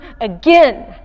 again